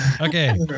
Okay